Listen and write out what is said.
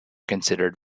considered